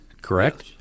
correct